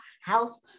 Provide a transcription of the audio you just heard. house